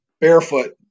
Barefoot